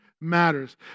matters